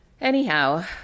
Anyhow